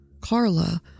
Carla